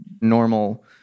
normal